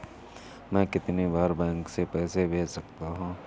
मैं कितनी बार बैंक से पैसे भेज सकता हूँ?